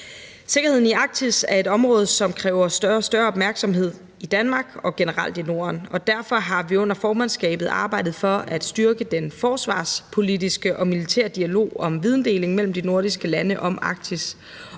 Sikkerheden i Arktis er et område, som kræver større og større opmærksomhed i Danmark og generelt i Norden, og derfor har vi under formandskabet arbejdet for at styrke den forsvarspolitiske og militære dialog om videndeling mellem de nordiske lande om Arktis.